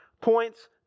points